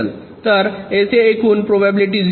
तर येथे एकूण प्रोबॅबिलिटी 0